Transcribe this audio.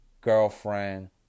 girlfriend